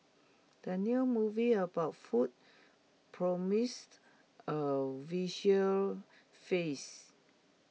the new movie about food promised A visual feast